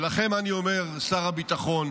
ולכם אני אומר, שר הביטחון,